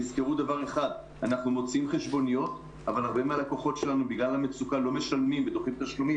שלד מסוים כדי שהתעשייה באמת לא תיפגע.